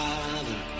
Father